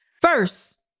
First